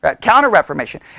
Counter-reformation